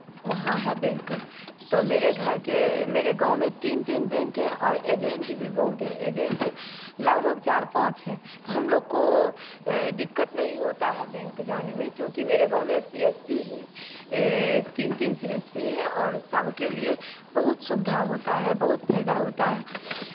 वहाँ है बैंक तो मेरे घर के मेरे गाँव में तीन तीन बैंक है और एजेंट भी बहुत है एजेंट लगभग चार पाँच है तो हमलोग को दिक्कत नहीं होता है बैंक जाने में क्योंकि मेरे गाँव में सी एस पी ही तीन तीन सी एस पी है और सबके लिए बहुत सुविधा होता है बहुत फायदा होता है